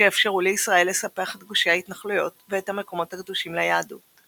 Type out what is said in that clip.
שיאפשרו לישראל לספח את גושי ההתנחלויות ואת המקומות הקדושים ליהדות;